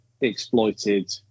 exploited